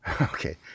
Okay